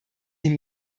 die